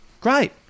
great